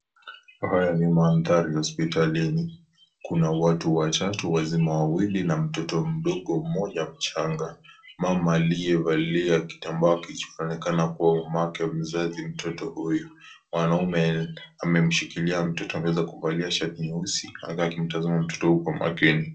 Haya ni mandhari ya hospitalini. Kuna watu watatu, wazima wawili na mtoto mdogo mmoja mchanga. Mama aliyevalia kitambaa kichwa anaonenekana kuwa mamake mzazi mtoto huyu. Mwanaume, amemshikilia mtoto ameweza kuvalia shati nyeusi, hata akimtazama mtoto huku makini.